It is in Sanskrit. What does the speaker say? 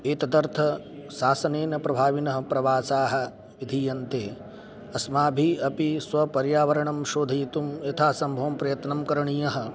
एतदर्थं शासनेन प्रभाविनः प्रवासाः विधीयन्ते अस्माभिः अपि स्वपर्यावरणं शोधयितुं यथा सम्भवं प्रयत्नं करणीयः